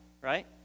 right